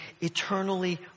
eternally